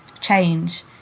change